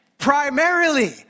Primarily